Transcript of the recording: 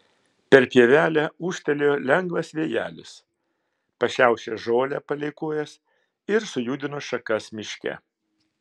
per pievelę ūžtelėjo lengvas vėjelis pašiaušė žolę palei kojas ir sujudino šakas miške